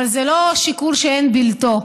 אבל זה לא שיקול שאין בלתו.